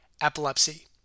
epilepsy